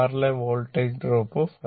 r ലെ voltage drop 5